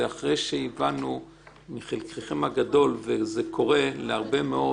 ואחרי שהבנו מחלקכם הגדול וזה קורה להרבה מאוד